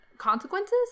consequences